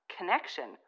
connection